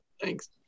Thanks